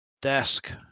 desk